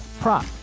prop